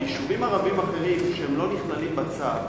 ביישובים ערביים אחרים, שלא נכללים בצו,